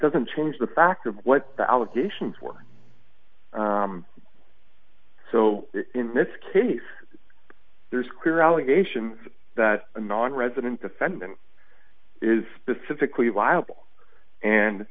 doesn't change the fact of what the allegations were so in this case there is clear allegation that a non resident defendant is specifically liable and